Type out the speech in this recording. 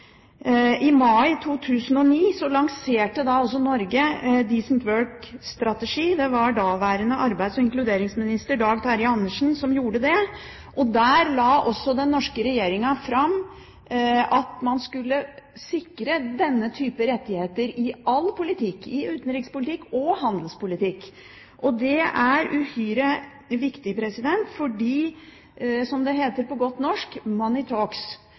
I mai 2009 lanserte Norge «decent work»-strategien. Det var daværende arbeids- og inkluderingsminister Dag Terje Andersen som gjorde det. Der holdt også den norske regjeringen fram at man skulle sikre denne type rettigheter i all politikk, i utenrikspolitikk og handelspolitikk. Det er uhyre viktig, fordi, som det heter på godt norsk, «money talks». Og hvordan våre penger og vår kjøpekraft snakker i